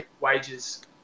wages